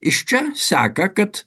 iš čia seka kad